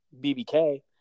BBK